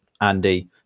Andy